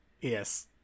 Yes